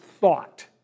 thought